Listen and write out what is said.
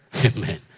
amen